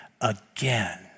again